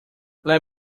let